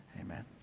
Amen